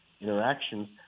interactions